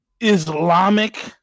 Islamic